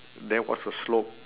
there was a slope